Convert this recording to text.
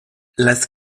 las